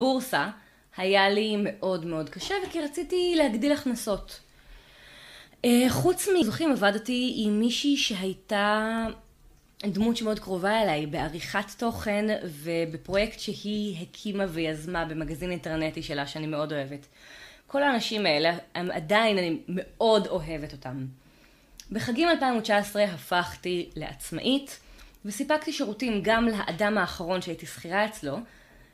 בורסה, היה לי מאוד מאוד קשה, וכי רציתי להגדיל הכנסות. חוץ מזוכים עבדתי עם מישהי שהייתה דמות שמאוד קרובה אליי בעריכת תוכן ובפרויקט שהיא הקימה ויזמה במגזין אינטרנטי שלה שאני מאוד אוהבת. כל האנשים האלה הם, עדיין אני מאוד אוהבת אותם. בחגים 2019 הפכתי לעצמאית, וסיפקתי שירותים גם לאדם האחרון שהייתי שכירה אצלו.